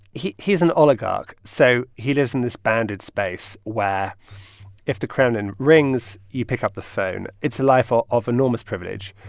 he's an oligarch. so he lives in this banded space where if the kremlin rings, you pick up the phone. it's a life ah of enormous privilege,